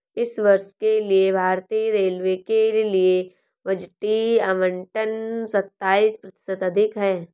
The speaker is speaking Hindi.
इस वर्ष के लिए भारतीय रेलवे के लिए बजटीय आवंटन सत्ताईस प्रतिशत अधिक है